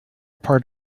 part